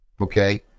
Okay